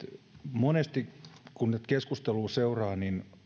monesti kun tätä keskustelua seuraa